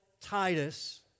Titus